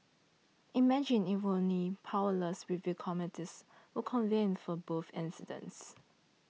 imagine if only powerless review committees were convened for both incidents